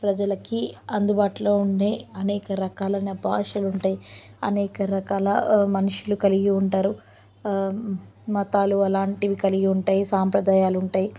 ప్రజలకి అందుబాటులో ఉండే అనేక రకాలైన భాషలు ఉంటాయి అనేక రకాల మనుషులు కలిగి ఉంటారు మతాలు అలాంటివి కలిగి ఉంటాయి సంప్రదాయాలు ఉంటాయి